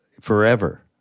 forever